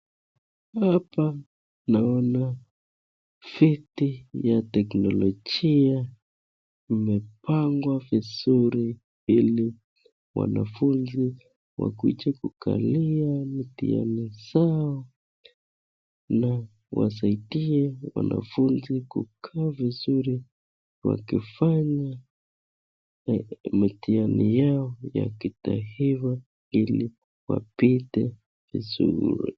Hapa naona viti vya vya teknolojia imepangwa vizuri ili wanafunzi wakuje kukalia mitihani zao na wasaidie wanafunzi kukaa vizuri wakifanya mitihani yao ya kitaifa ili wapite.